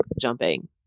jumping